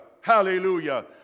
Hallelujah